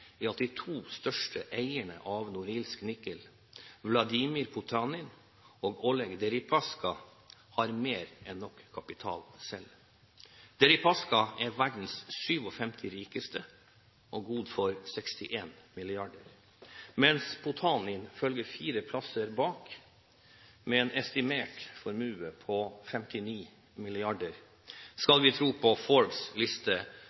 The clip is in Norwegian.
at de to største eierne av Norilsk Nickel, Vladimir Potanin og Oleg Deripaska har mer enn nok kapital selv. Deripaska er verdens 57. rikeste og god for 61 mrd. kr, mens Potanin følger fire plasser bak, med en estimert formue på 59 mrd. kr – hvis vi skal tro på Forbes’ liste